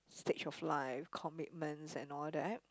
stage of life commitments and all that